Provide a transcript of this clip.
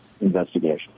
investigation